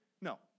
no